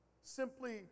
simply